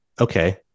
Okay